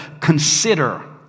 consider